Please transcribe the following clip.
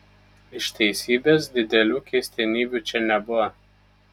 iš teisybės didelių keistenybių čia nebuvo